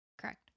correct